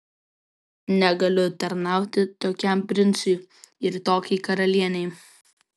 negaliu tarnauti tokiam princui ir tokiai karalienei